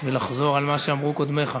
בשביל לחזור על מה שאמרו קודמיך.